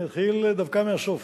אני אתחיל דווקא מהסוף.